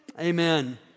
amen